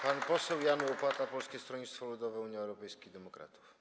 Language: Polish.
Pan poseł Jan Łopata, Polskie Stronnictwo Ludowe - Unia Europejskich Demokratów.